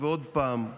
עוד פעם,